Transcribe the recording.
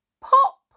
pop